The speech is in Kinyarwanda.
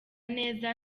neza